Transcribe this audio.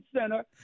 center